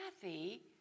Kathy